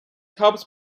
helps